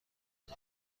بود